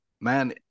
man